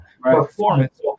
performance